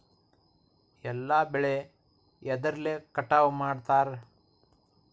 ಎಲ್ಲ ಬೆಳೆ ಎದ್ರಲೆ ಕಟಾವು ಮಾಡ್ತಾರ್?